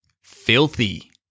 Filthy